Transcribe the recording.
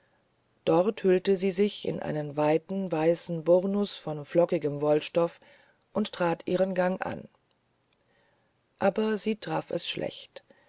dort hüllte sie sich in einen weiten weißen burnus von flockigem wollstoff und trat ihren gang an aber sie traf es schlecht